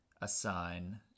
assign